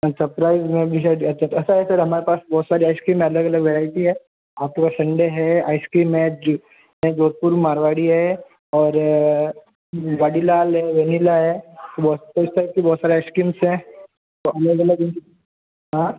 अच्छा प्राइज़ में अभी शायद ऐसा है सर हमारे पास बहुत सारी आइसक्रीम में अलग अलग वैरायटी हैं अपने पास सन्डे है आइसक्रीम है जी जोधपुर मारवाड़ी है और वाडीलाल है वनिला है बहुत तो इस टाइप की बहुत सारी आइसक्रीम्स हैं तो हाँ